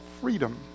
freedom